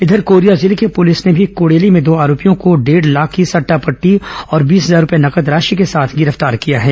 इघर कोरिया जिले की पुलिस ने भी कुड़ेली में दो आरोपियों को डेढ़ लाख की सट्टा पट्टी और बीस हजार नगद राशि सहित गिरफ्तार किया है